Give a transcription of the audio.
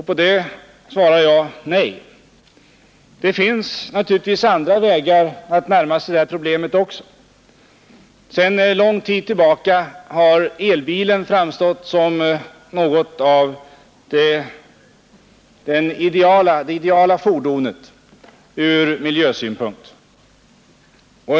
På den frågan måste jag svara nej. Det finns naturligtvis också andra vägar att närma sig detta problem. Sedan lång tid tillbaka har elbilen framstått som ett idealfordon från miljösynpunkt.